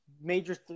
major